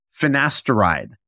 finasteride